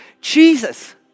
Jesus